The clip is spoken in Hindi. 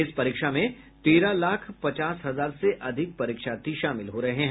इस परीक्षा में तेरह लाख पचास हजार से अधिक परीक्षार्थी शामिल हो रहे हैं